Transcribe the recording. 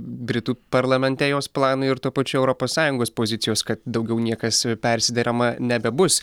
britų parlamente jos planui ir tuo pačiu europos sąjungos pozicijos kad daugiau niekas persiderama nebebus